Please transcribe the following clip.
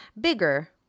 bigger